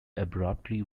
abruptly